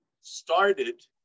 started